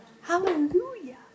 Hallelujah